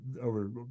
over